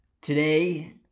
today